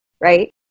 right